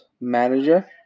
manager